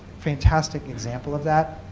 fantastic example of that.